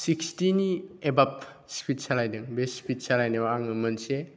सिक्सटिनि एबाभ स्पिड सालायदों बे स्पिड सालायनायाव आङो मोनसे